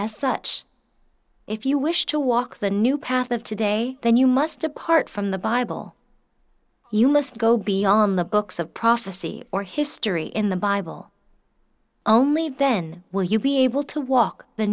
as such if you wish to walk the new path of today then you must depart from the bible you must go beyond the books of prophecy or history in the bible only then will you be able to walk the